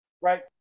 Right